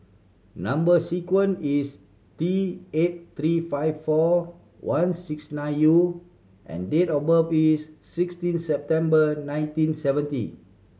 number sequence is T eight three five four one six nine U and date of birth is sixteen September nineteen seventy